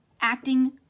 acting